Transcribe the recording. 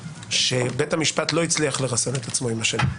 שבית המשפט לא הצליח לרסן את עצמו, למשל,